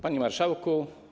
Panie Marszałku!